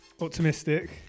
optimistic